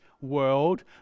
world